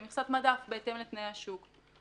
שהיא מכסת מדף בהתאם לתנאי השוק.